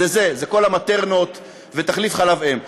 זה זה, זה כל ה"מטרנות" ותחליפי חלב אם.